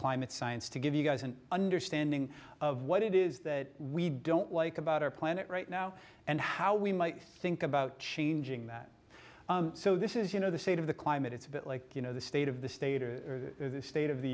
climate science to give you guys an understanding of what it is that we don't like about our planet right now and how we might think about changing that so this is you know the state of the climate it's a bit like you know the state of the state or the state of the